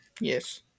Yes